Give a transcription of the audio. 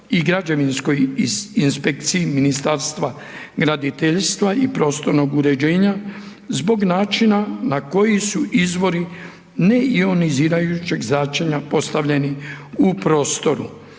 i građevinskoj inspekciji Ministarstva graditeljstva i prostornog uređenja zbog načina na koji su izvori neionizirajućeg zračenja postavljeni u prostoru.